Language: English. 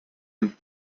and